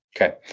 Okay